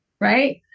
Right